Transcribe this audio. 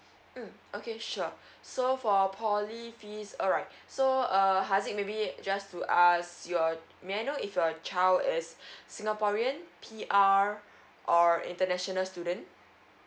mm okay sure so for poly fees alright so err harzik maybe just to ask your may I know if your child is singaporean P_R or international student